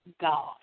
God